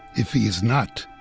if he is not,